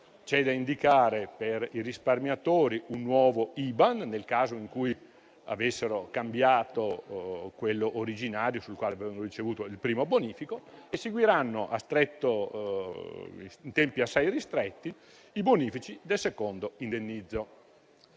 indicare per i risparmiatori un nuovo IBAN, nel caso in cui avessero cambiato quello originario sul quale avevano ricevuto il primo bonifico, e seguiranno in tempi assai ristretti i bonifici del secondo indennizzo.